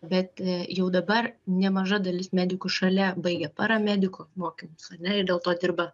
bet jau dabar nemaža dalis medikų šalia baigia paramediko mokymus ar ne ir dėl to dirba